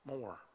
more